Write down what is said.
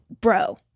bro